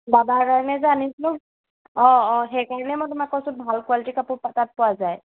বাবাৰ কাৰণে যে আনিছিলোঁ অঁ অঁ সেইকাৰণে মই তোমাক কৈছোঁ ভাল কোৱালিটিৰ কাপোৰ তাত পোৱা যায়